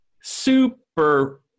Super